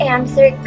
Answer